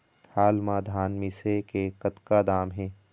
हाल मा धान मिसे के कतका दाम हे?